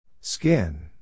Skin